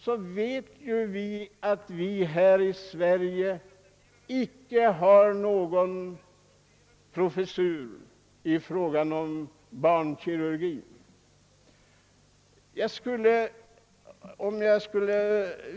Någon sådan professur finns som bekant inte i Sverige.